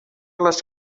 les